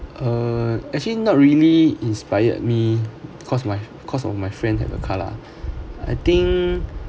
uh actually not really inspired me because my because of my friend have a car lah I think